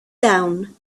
down